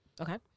Okay